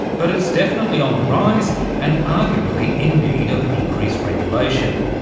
but it's definitely on the rise and arguably in need of increased regulation.